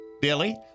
Billy